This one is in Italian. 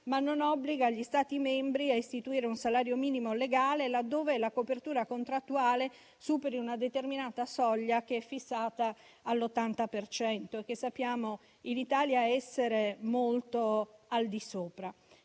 ma non obbliga gli Stati membri a istituire un salario minimo legale laddove la copertura contrattuale superi una determinata soglia, che è fissata all'80 per cento e che sappiamo in Italia essere molto al di sopra.